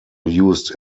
used